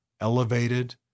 elevated